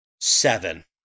Seven